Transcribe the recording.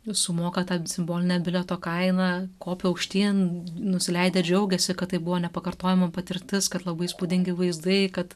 sumoka tą simbolinę bilieto kainą kopia aukštyn nusileidę džiaugiasi kad tai buvo nepakartojama patirtis kad labai įspūdingi vaizdai kad